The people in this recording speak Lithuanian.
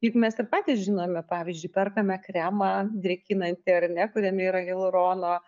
juk mes ir patys žinome pavyzdžiui perkame kremą drėkinantį ar ne kuriame yra hialurono